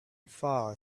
far